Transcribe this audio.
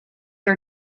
are